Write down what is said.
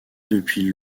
depuis